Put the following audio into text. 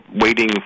waiting